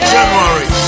January